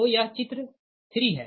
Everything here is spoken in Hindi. तो यह चित्र 3 है